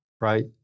right